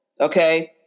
Okay